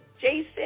Jason